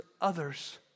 others